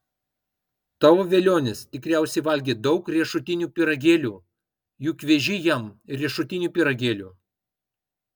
tavo velionis tikriausiai valgė daug riešutinių pyragėlių juk veži jam riešutinių pyragėlių